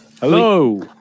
Hello